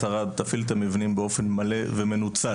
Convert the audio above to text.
ערד תפעיל את המבנים באופן מלא ומנוצל,